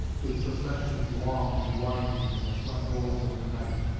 with processions long and winding and the flambeaus of the night,